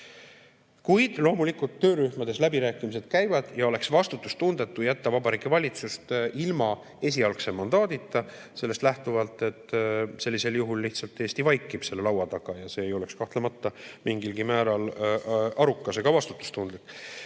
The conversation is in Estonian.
Kuid, loomulikult, töörühmades läbirääkimised käivad ja oleks vastutustundetu jätta Vabariigi Valitsus ilma esialgse mandaadita, sellest lähtuvalt, et sellisel juhul lihtsalt Eesti vaikib selle laua taga ja see ei oleks kahtlemata mingilgi määral arukas ega vastutustundlik.